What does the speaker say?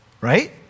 right